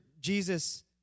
Jesus